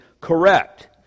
correct